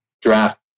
Draft